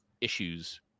issues